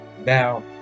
now